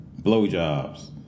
blowjobs